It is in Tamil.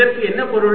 இதற்கு என்ன பொருள்